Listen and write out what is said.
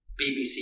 BBC